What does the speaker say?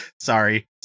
sorry